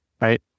right